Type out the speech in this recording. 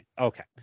Okay